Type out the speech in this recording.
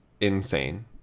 insane